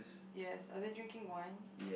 yes are they drinking wine